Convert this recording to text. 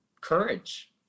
courage